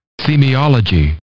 semiology